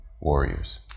warriors